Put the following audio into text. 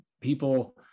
People